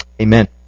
Amen